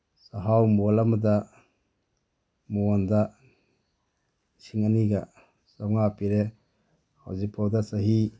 ꯆꯥꯛꯍꯥꯎ ꯃꯣꯟ ꯑꯃꯗ ꯃꯣꯟꯗ ꯂꯤꯁꯤꯡ ꯑꯅꯤꯒ ꯆꯥꯝ ꯃꯉꯥ ꯄꯤꯔꯦ ꯍꯧꯖꯤꯛ ꯐꯥꯎꯗ ꯆꯍꯤ